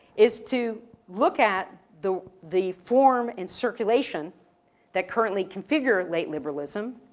is to look at the, the form in circulation that currently configure late liberalism.